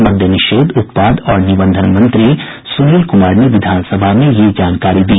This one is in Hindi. मद्य निषेध उत्पाद और निबंधन मंत्री सुनील कुमार ने विधानसभा में यह जानकारी दी